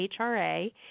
HRA